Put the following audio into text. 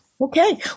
Okay